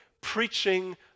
Preaching